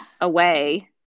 away